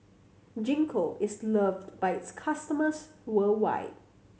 Gingko is loved by its customers worldwide